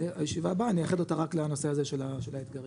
ואת הישיב הבאה נייחד אותה רק לנושא הזה של האתגרים.